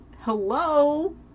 hello